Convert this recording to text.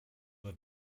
have